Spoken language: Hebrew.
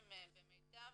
המלש"בים במיט"ב.